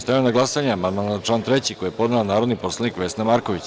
Stavljam na glasanje amandman na član 3. koji je podnela narodni poslanik Vesna Marković.